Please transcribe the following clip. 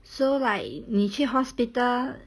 so like 你去 hospital